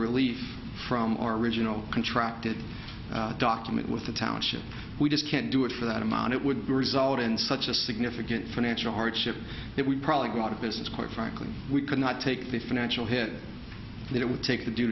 relief from our original contract that document with the township we just can't do it for that amount it would result in such a significant financial hardship that we probably go out of business quite frankly we could not take the financial hit that it would take to do